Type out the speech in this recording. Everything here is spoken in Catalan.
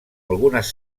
algunes